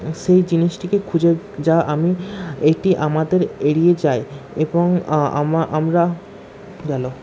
সেই জিনিসটিকে খুঁজে যা আমি এটি আমাদের এড়িয়ে যায় এবং আমরা গেল